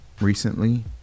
recently